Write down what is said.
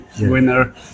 winner